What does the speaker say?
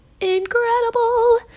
incredible